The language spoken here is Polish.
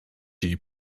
jej